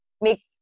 make